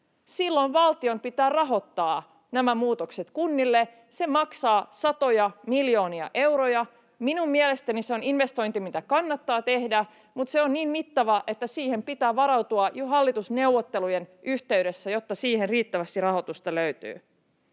silloin valtion pitää rahoittaa nämä muutokset kunnille, ja se maksaa satoja miljoonia euroja. Minun mielestäni se on investointi, mikä kannattaa tehdä, mutta se on niin mittava, että siihen pitää varautua jo hallitusneuvottelujen yhteydessä, jotta siihen riittävästi rahoitusta löytyy.